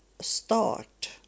start